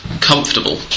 comfortable